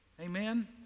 Amen